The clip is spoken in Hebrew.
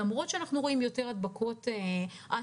למרות שאנחנו רואים יותר הדבקות א-סימפטומטיות,